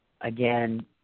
Again